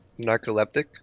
narcoleptic